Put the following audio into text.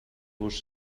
vos